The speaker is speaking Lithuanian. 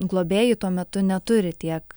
globėjai tuo metu neturi tiek